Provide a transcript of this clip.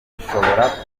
bishobora